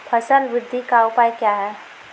फसल बृद्धि का उपाय क्या हैं?